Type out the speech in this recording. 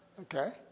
Okay